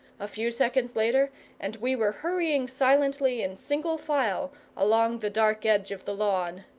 a few seconds later and we were hurrying silently in single file along the dark edge of the lawn.